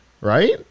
right